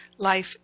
Life